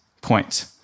point